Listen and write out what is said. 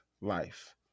life